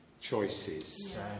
choices